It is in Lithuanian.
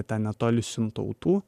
ten netoli sintautų